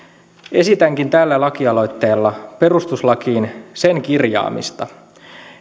esitänkin tällä lakialoitteella perustuslakiin sen kirjaamista